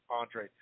Andre